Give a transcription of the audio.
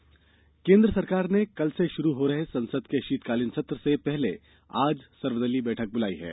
संसद सत्र केन्द्र सरकार ने कल से शुरू हो रहे संसद के शीतकालीन सत्र से पहले आज सर्वदलीय बैठक बुलाई है